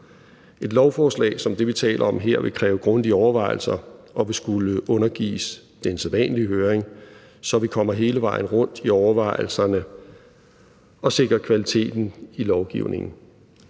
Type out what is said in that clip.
Et lovforslag som det, vi taler om her, vil kræve grundige overvejelser og vil skulle undergives den sædvanlige høring, så vi kommer hele vejen rundt i overvejelserne og sikrer kvaliteten i lovgivningen.